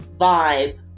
vibe